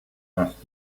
asked